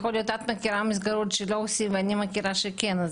את מכירה מסגרות שלא עושים, ואני מכירה שכן.